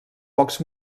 pocs